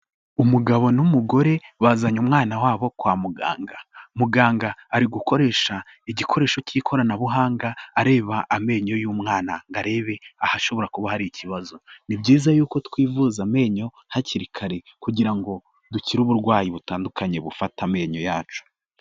Umugabo n'umugore bazanye umwana wabo kwa muganga. Muganga ari gukoresha igikoresho cy'ikoranabuhanga, areba amenyo y'umwana ngo arebe ahashobora kuba hari ikibazo. Ni byiza y'uko twivuza amenyo hakiri kare kugira ngo dukire uburwayi butandukanye bufata amenyo yacu.